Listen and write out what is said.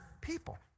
people